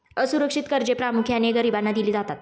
असुरक्षित कर्जे प्रामुख्याने गरिबांना दिली जातात